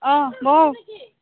অঁ